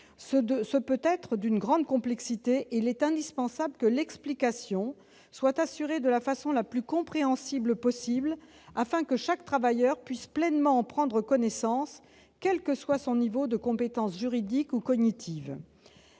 peuvent être d'une grande complexité. Il est indispensable que l'explication soit assurée de la façon la plus compréhensible possible, afin que chaque travailleur puisse pleinement prendre connaissance de tous les éléments, quel que soit son niveau de compétence juridique ou cognitive.